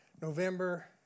November